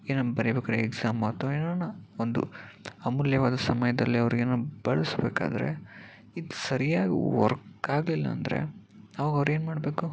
ಏನು ಬರಿಬೇಕಾದ್ರೆ ಎಕ್ಸಾಮಾ ಅಥವಾ ಏನಾರ ಒಂದು ಅಮೂಲ್ಯವಾದ ಸಮಯದಲ್ಲಿ ಅವರಿಗೇನಾದ್ರೂ ಬಳಸ್ಬೇಕಾದ್ರೆ ಇದು ಸರಿಯಾಗಿ ವರ್ಕ್ ಆಗಲಿಲ್ಲ ಅಂದರೆ ಅವಾಗವ್ರು ಏನು ಮಾಡಬೇಕು